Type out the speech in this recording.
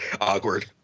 Awkward